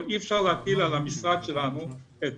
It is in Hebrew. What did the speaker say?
אבל אי אפשר להפיל על המשרד שלנו את